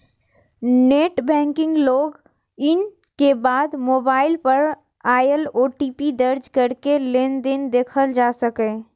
net banking log in के बाद mobile पर आयल ओ.टी.पी दर्ज कैरके लेनदेन देखल जा सकैए